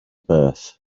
birth